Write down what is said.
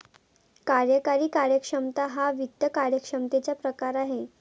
कार्यकारी कार्यक्षमता हा वित्त कार्यक्षमतेचा प्रकार आहे